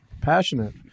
Passionate